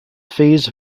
phase